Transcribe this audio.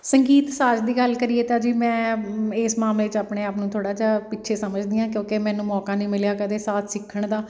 ਸੰਗੀਤ ਸਾਜ਼ ਦੀ ਗੱਲ ਕਰੀਏ ਤਾਂ ਜੀ ਮੈਂ ਇਸ ਮਾਮਲੇ 'ਚ ਆਪਣੇ ਆਪ ਨੂੰ ਥੋੜ੍ਹਾ ਜਿਹਾ ਪਿੱਛੇ ਸਮਝਦੀ ਹਾਂ ਕਿਉਂਕਿ ਮੈਨੂੰ ਮੌਕਾ ਨਹੀਂ ਮਿਲਿਆ ਕਦੇ ਸਾਜ਼ ਸਿੱਖਣ ਦਾ